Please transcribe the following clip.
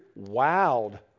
wowed